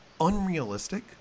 unrealistic